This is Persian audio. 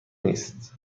نیست